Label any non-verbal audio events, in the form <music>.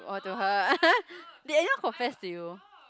orh to her ah <laughs> did anyone confess to you